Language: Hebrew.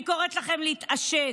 אני קוראת לכם להתעשת,